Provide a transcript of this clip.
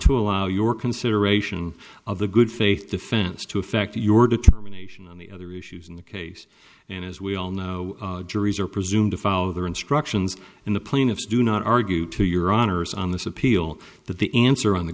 to allow your consideration of the good faith defense to affect your determination on the other issues in the case and as we all know juries are presumed to follow their instructions and the plaintiffs do not argue to your honor's on this appeal that the answer on the